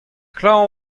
klañv